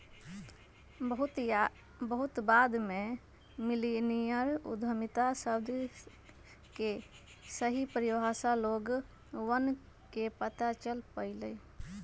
बहुत बाद में मिल्लेनियल उद्यमिता शब्द के सही परिभाषा लोगवन के पता चल पईलय